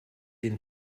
den